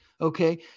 Okay